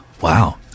Wow